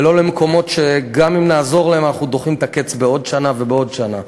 ולא למקומות שגם אם נעזור להם אנחנו דוחים את הקץ בעוד שנה ובעוד שנה.